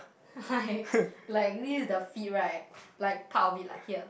like like this is the feet right like part of it like here